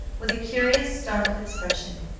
with a curious startled expression,